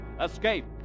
Escape